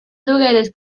lugares